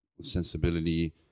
sensibility